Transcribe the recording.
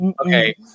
okay